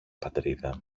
πατρίδα